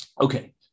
Okay